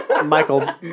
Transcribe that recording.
Michael